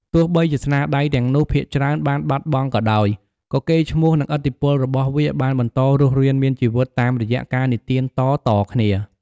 ទោះបីជាស្នាដៃទាំងនោះភាគច្រើនបានបាត់បង់ក៏ដោយ ក៏កេរ្តិ៍ឈ្មោះ និងឥទ្ធិពលរបស់វាបានបន្តរស់រានមានជីវិតតាមរយៈការនិទានតៗគ្នា។